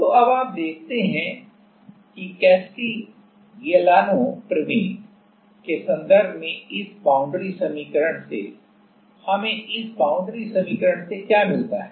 तो अब हम देखते हैं कि कैस्टिग्लिआनो प्रमेय के संदर्भ में इस बाउंड्री समीकरण से हमें इस बाउंड्री समीकरण में क्या मिलता है